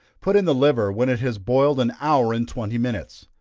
put in the liver when it has boiled an hour and twenty minutes.